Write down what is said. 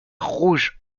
rouge